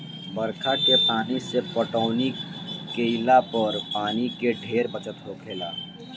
बरखा के पानी से पटौनी केइला पर पानी के ढेरे बचत होखेला